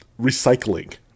Recycling